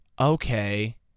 okay